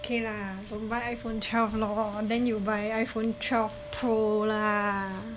K lah don't buy iphone twelve lor then you buy iphone twelve pro lah